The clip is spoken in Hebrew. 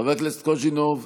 חבר הכנסת קוז'ינוב,